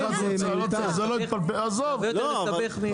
זו לא התפלפלות.